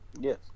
Yes